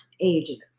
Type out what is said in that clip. ages